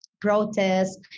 protests